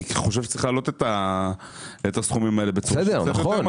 אני חושב שצריך להעלות את הסכומים האלה בצורה משמעותית יותר.